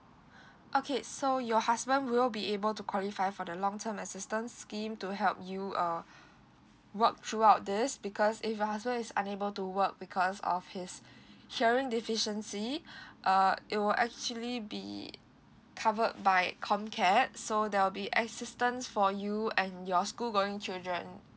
okay so your husband will be able to qualify for the long term assistance scheme to help you uh work throughout this because if your husband is unable to work because of his sharing deficiency uh it will actually be covered by comcare so there will be assistance for you and your school going children